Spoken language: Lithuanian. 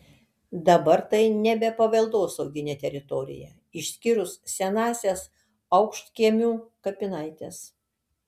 dabar tai nebe paveldosauginė teritorija išskyrus senąsias aukštkiemių kapinaites